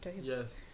yes